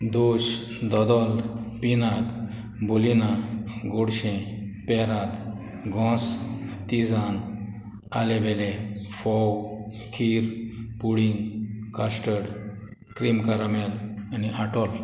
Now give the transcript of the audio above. दोश धोदोल पिनाक बोलिना गोडशें पेरात घोस तिझान आलेबेले फोव खीर पुडींग कास्टर्ड क्रिमकारामेल आनी आटोल